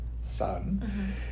Son